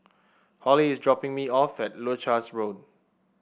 Hollie is dropping me off at Leuchars Road